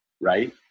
right